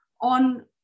on